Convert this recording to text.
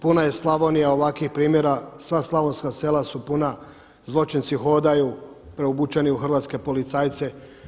Puna je Slavonija ovakvih primjera, sva slavonska sela su puna zločinci hodaju preobučeni u hrvatske policajce.